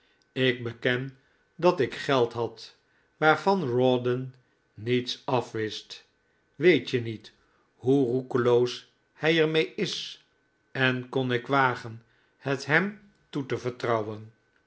ik beken dat ik geld had waarvan rawdon niets afwist weet je niet hoe roekeloos hij er mee is en kon ik wagen het hem toe te vertrouwen